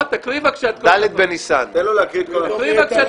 תקרא בבקשה את נוסח החוק.